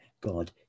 God